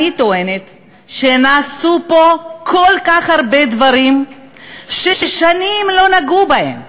אני טוענת שנעשו פה כל כך הרבה דברים ששנים לא נגעו בהם.